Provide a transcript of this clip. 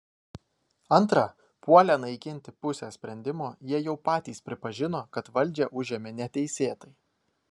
antra puolę naikinti pusę sprendimo jie jau patys pripažino kad valdžią užėmė neteisėtai